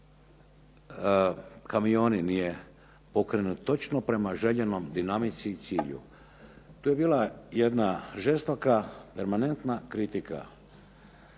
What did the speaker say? kamioni nije okrenut točno prema željenoj dinamici i cilju. To je bila jedna žestoka, permanentna kritika